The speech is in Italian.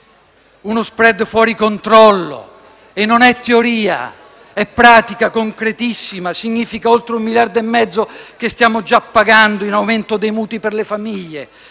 uno *spread* fuori controllo. E non è teoria, ma pratica concretissima. Significa oltre un miliardo e mezzo, che stiamo già pagando, in aumento dei mutui per le famiglie,